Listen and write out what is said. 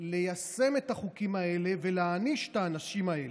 ליישם את החוקים האלה ולהעניש את האנשים האלה.